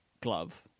glove